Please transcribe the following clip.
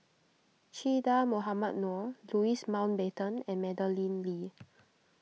Che Dah Mohamed Noor Louis Mountbatten and Madeleine Lee